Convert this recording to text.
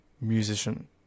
musician